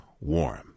warm